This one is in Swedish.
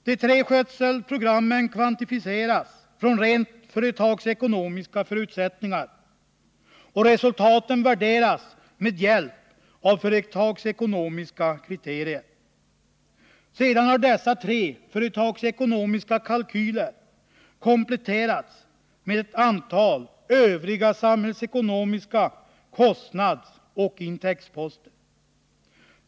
De tre skötselprogrammen kvantifieras från rent företagsekonomiska förutsättningar, och resultaten värderas med utgångspunkt i företagseko nomiska kriterier. Sedan har dessa tre företagsekonomiska kalkyler kompletterats med ett antal samhällsekonomiska kostnadsoch intäktsposter.